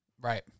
Right